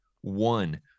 one